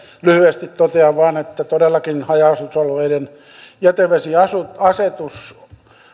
lyhyesti totean vain että todellakin haja asutusalueiden jätevesiasetus